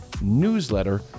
newsletter